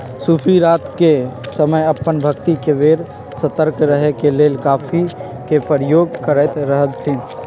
सूफी रात के समय अप्पन भक्ति के बेर सतर्क रहे के लेल कॉफ़ी के प्रयोग करैत रहथिन्ह